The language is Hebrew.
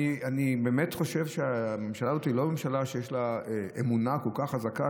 אני באמת חושב שהממשלה הזאת היא לא ממשלה שיש לה אמונה כל כך חזקה,